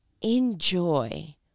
enjoy